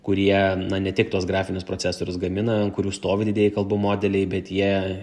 kurie na ne tik tuos grafinius procesorius gamina ant kurių stovi dideli kalbų modeliai bet jie